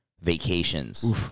vacations